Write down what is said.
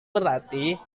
berlatih